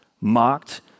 mocked